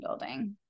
building